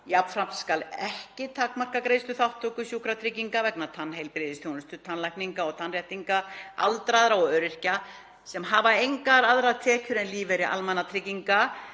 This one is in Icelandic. Jafnframt skal ekki takmarka greiðsluþátttöku sjúkratrygginga vegna tannheilbrigðisþjónustu, tannlækninga og tannréttinga aldraðra og öryrkja sem hafa engar aðrar tekjur en lífeyri almannatrygginga